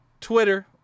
Twitter